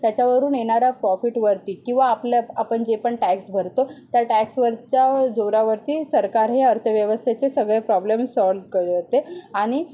त्याच्यावरून येणारा प्रॉफिटवरती किंवा आपल्या आपण जे पण टॅक्स भरतो त्या टॅक्सवरच्या जोरावरती सरकार हे अर्थव्यवस्थेचे सगळे प्रॉब्लेम्स सॉल्व करते आणि